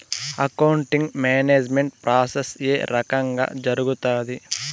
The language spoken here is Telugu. అకౌంటింగ్ మేనేజ్మెంట్ ప్రాసెస్ ఏ రకంగా జరుగుతాది